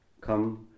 Come